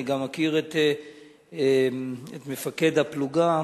ואני מכיר גם את מפקד הפלוגה.